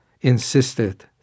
insisted